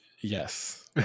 Yes